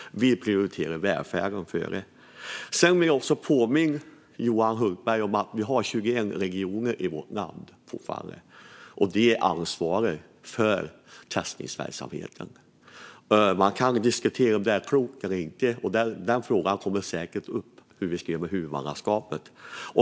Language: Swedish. Vi prioriterar välfärden först. Sedan vill jag påminna Johan Hultberg om att vi har 21 regioner i vårt land, fortfarande. De ansvarar för testningsverksamheten. Man kan diskutera om detta är klokt eller inte. Den frågan kommer säkert upp - hur vi ska göra med huvudmannaskapet.